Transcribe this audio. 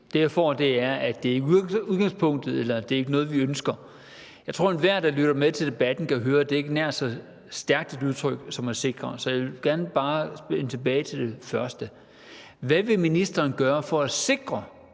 svar, jeg får, er, at det er i udgangspunktet, eller at det ikke er noget, man ønsker. Jeg tror, at enhver, der lytter med til debatten, kan høre, at det ikke er nær så stærkt et udtryk som »at sikre«. Så jeg vil gerne bare vende tilbage til det første: Hvad vil ministeren gøre for at sikre,